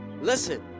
Listen